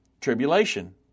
tribulation